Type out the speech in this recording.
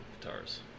guitars